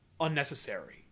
unnecessary